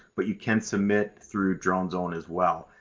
but you can submit through dronezone as well.